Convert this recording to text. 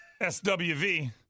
SWV